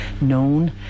known